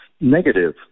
negative